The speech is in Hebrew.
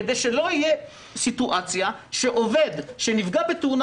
כדי שלא תהיה סיטואציה שעובד שנפגע בתאונה